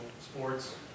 sports